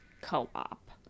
co-op